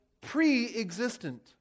pre-existent